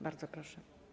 Bardzo proszę.